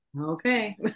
Okay